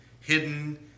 hidden